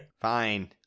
Fine